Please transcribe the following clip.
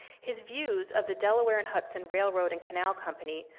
his views of the delaware and hudson railroad and canal company,